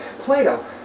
Plato